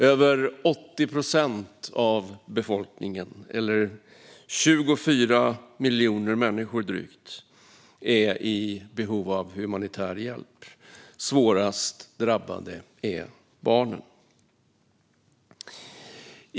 Över 80 procent av befolkningen, eller drygt 24 miljoner människor, är i behov av humanitär hjälp. Svårast drabbade är barnen.